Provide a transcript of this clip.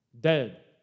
dead